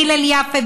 הלל יפה,